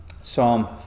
Psalm